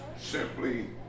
simply